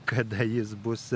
kada jis bus